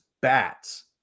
bats